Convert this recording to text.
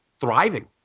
thriving